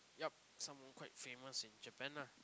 yup someone quite famous in Japan lah